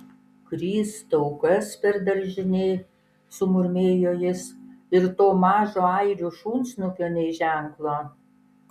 kristau kas per daržinė sumurmėjo jis ir to mažo airių šunsnukio nė ženklo